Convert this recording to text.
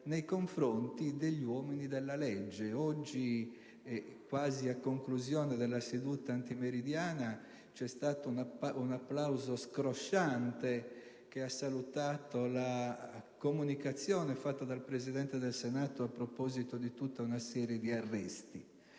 nei confronti degli uomini della legge. Oggi, quasi a conclusione della seduta antimeridiana, c'è stato un applauso scrosciante che ha salutato la comunicazione fatta dal Presidente del Senato a proposito di una serie di arresti